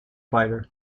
fighter